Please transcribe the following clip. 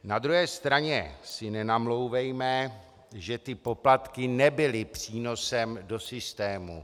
Na druhé straně si nenamlouvejme, že ty poplatky nebyly přínosem do systému.